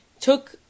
took